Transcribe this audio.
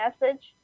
message